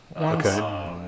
Okay